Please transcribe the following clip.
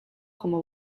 como